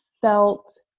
felt